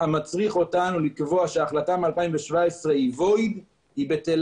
המצריך אותנו לקבוע שההחלטה מ-2017 היא בטלה.